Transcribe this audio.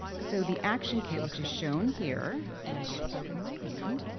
so the action kit, which is shown here, and also in my hand,